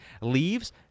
leaves